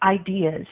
ideas